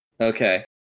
Okay